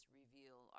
reveal